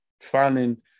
Finding